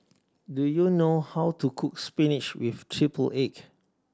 do you know how to cook spinach with triple egg